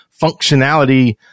functionality